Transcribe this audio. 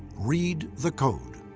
read the code.